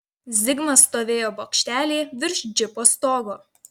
zigmas stovėjo bokštelyje virš džipo stogo